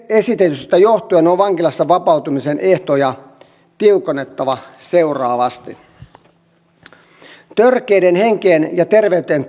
esitetystä johtuen on vankilassa vapautumisen ehtoja tiukennettava seuraavasti törkeiden henkeen ja terveyteen